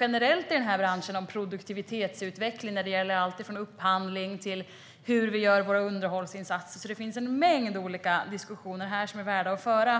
generellt i den här branschen behöver en diskussion om produktivitetsutveckling när det gäller allt från upphandling till hur vi gör våra underhållsinsatser. Det finns en mängd olika diskussioner som är värda att föra